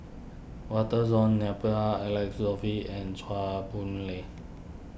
Walter John Napier Alex Josey and Chew Boon Lay